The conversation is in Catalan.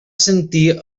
sentir